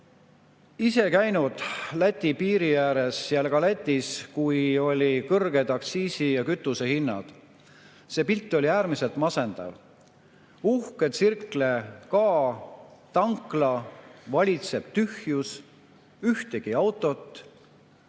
ise käinud Läti piiri ääres ja ka Lätis, kui olid kõrged aktsiisi- ja kütusehinnad. See pilt oli äärmiselt masendav – uhkes Circle K tanklas valitsev tühjus, ei ole ühtegi autot,